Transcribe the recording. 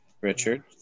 Richard